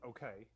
Okay